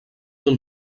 del